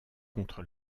contre